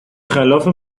خلاف